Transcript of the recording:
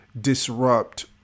disrupt